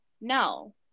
no